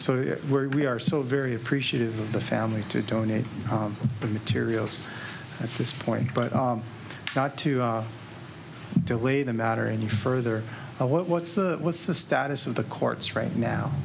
so where we are so very appreciative of the family to donate the materials at this point but not to delay the matter any further what what's the what's the status of the courts right now